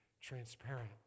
transparent